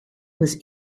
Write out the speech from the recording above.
was